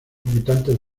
habitantes